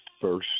first